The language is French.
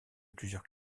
plusieurs